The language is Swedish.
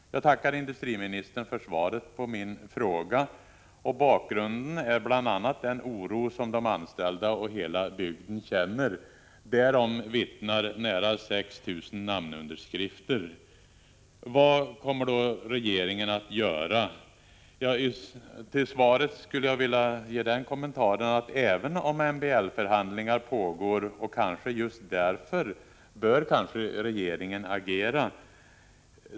Jag tackar industriministern för svaret på min fråga. Bakgrunden är bl.a. den oro som de anställda och hela bygden känner. Därom vittnar nära 6 000 namnunderskrifter. Vad kommer regeringen då att göra? Till svaret skulle jag vilja göra den kommentaren att även om MBL-förhandlingar pågår, och kanske just därför, bör regeringen agera.